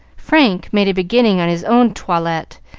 frank made a beginning on his own toilet,